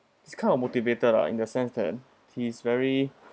it's kind of motivated lah in the sense that he's very